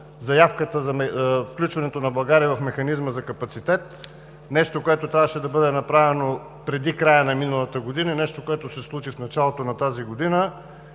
включването на България в механизма за капацитет – нещо, което трябваше да бъде направено преди края на миналата година, нещо, което се случи в началото на тази година,